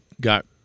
got